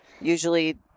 usually